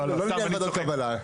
לא לעניין ועדות קבלה.